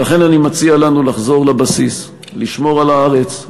ולכן אני מציע לנו לחזור לבסיס: לשמור על הארץ,